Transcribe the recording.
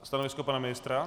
Stanovisko pana ministra?